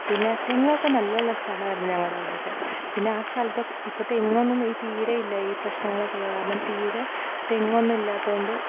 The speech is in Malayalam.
പിന്നെ തെങ്ങൊക്കെ നല്ലോല്ല സ്ഥല മായിരുന്നു ഞങ്ങളുടെയൊക്കെ പിന്നെ ആ സ്ഥലത്തൊക്കെ ഇപ്പം തെങ്ങൊന്നും തീരെ ഇല്ല ഈ പ്രശ്നങ്ങളൊക്കെ ഉള്ളത് കാരണം തീരെ തെങ്ങൊന്നും ഇല്ലാത്തത് കൊണ്ട്